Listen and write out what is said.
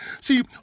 See